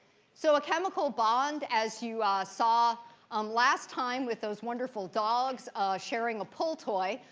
so a chemical bond as you saw um last time with those wonderful dogs sharing a pull toy,